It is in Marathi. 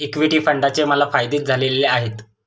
इक्विटी फंडाचे मला फायदेच झालेले आहेत